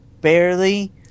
Barely